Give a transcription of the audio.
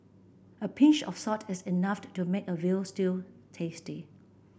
a pinch of salt is enough to make a veal stew tasty